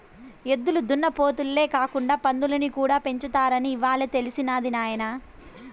ఎద్దులు దున్నపోతులే కాకుండా పందుల్ని కూడా పెంచుతారని ఇవ్వాలే తెలిసినది నాయన